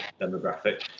demographic